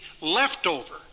leftover